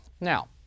Now